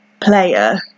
player